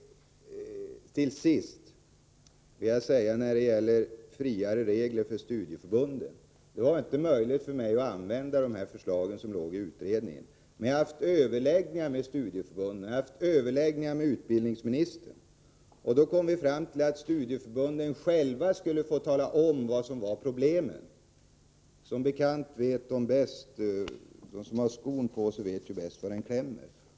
Till sist vill jag säga följande när det gäller friare regler för studieförbunden. Det var inte möjligt för mig att använda de förslag som förelåg i utredningen. Men jag har haft överläggningar med studieförbunden. Jag har också haft överläggningar med utbildningsministern, och vi kom då fram till att studieförbunden själva skulle få tala om vilka problem som finns. Som bekant är det den som har skon på sig som bäst vet var skon klämmer.